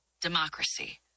democracy